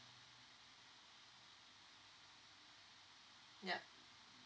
yup